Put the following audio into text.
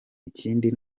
ikindi